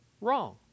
wrong